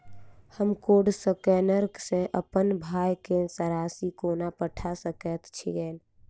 हम code scanner सँ अप्पन भाय केँ राशि कोना पठा सकैत छियैन?